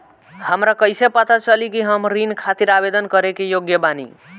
हमरा कईसे पता चली कि हम ऋण खातिर आवेदन करे के योग्य बानी?